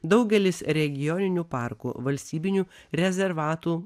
daugelis regioninių parkų valstybinių rezervatų